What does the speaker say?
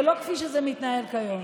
ולא כפי שזה מתנהל כיום.